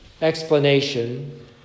explanation